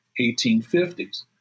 1850s